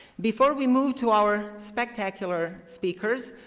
before we move to our spectacular speakers,